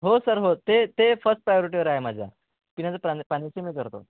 हो सर हो ते ते फस्ट प्रायॉरिटीवर आहे माझ्या पिण्याचं प्रान पाण्याची मी करतो